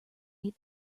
meet